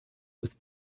with